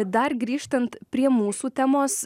dar grįžtant prie mūsų temos